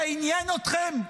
זה עניין אתכם?